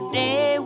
day